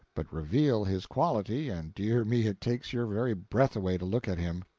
but reveal his quality, and dear me it takes your very breath away to look at him.